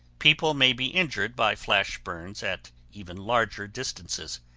people may be injured by flash burns at even larger distances.